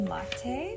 Latte